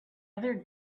other